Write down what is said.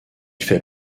fait